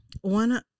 One